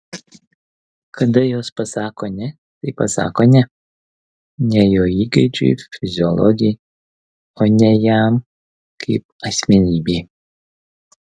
kada jos pasako ne tai pasako ne ne jo įgeidžiui fiziologijai o ne jam kaip asmenybei